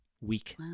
Weak